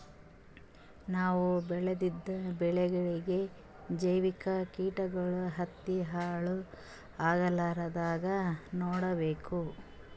ನಾವ್ ಬೆಳೆದಿದ್ದ ಬೆಳಿಗೊಳಿಗಿ ಜೈವಿಕ್ ಕೀಟಗಳು ಹತ್ತಿ ಹಾಳ್ ಆಗಲಾರದಂಗ್ ನೊಡ್ಕೊಬೇಕ್